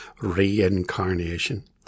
reincarnation